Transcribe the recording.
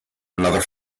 another